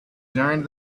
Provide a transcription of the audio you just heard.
joined